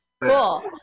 Cool